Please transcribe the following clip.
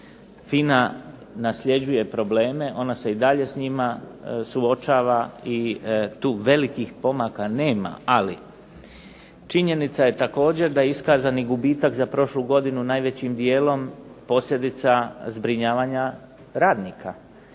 FINA nasljeđuje probleme, ona se i dalje s njima suočava i tu velikih pomaka nema, ali činjenica je također da iskazani gubitak za prošlu godinu najvećim dijelom posljedica zbrinjavanja radnika,